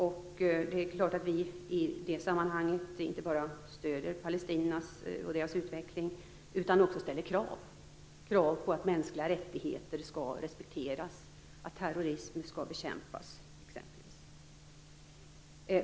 Vi ger i det sammanhanget inte bara stöd åt palestinierna och utvecklingen där utan ställer också krav på att mänskliga rättigheter skall respekteras, att terrorismen skall bekämpas.